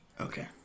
Okay